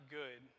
good